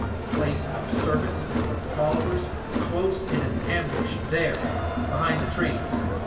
and place our servants and our followers close in an ambush there behind the trees.